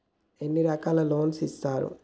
ఎన్ని రకాల లోన్స్ ఇస్తరు?